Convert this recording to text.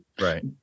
Right